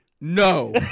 No